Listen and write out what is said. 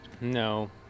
No